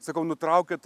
sakau nutraukėt